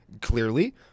clearly